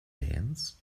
bands